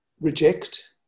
reject